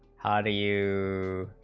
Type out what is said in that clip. how do you